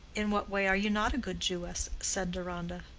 in what way are you not a good jewess? said deronda.